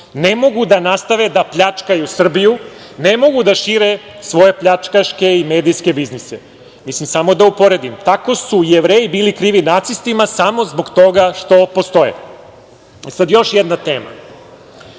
ne mogu da nastave da pljačkaju Srbiju, ne mogu da šire svoje pljačkaške i medijske biznise. Mislim, samo da uporedim, tako su Jevreji bili krivi nacistima samo zbog toga što postoje. Sad, još jedna tema.